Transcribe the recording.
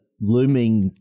looming